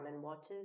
watches